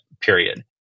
period